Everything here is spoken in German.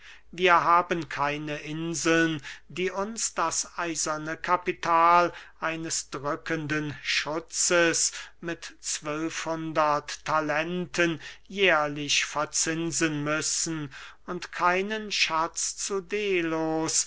wir haben keine inseln die uns das eiserne kapital eines drückenden schutzes mit zwölfhundert talenten jährlich verzinsen müssen und keinen schatz zu delos